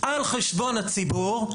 על חשבון הציבור,